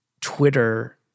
Twitter